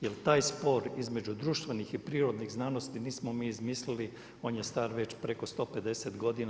Jer taj spor između društvenih i prirodnih znanosti nismo mi izmislili, on je star već preko 150 godina.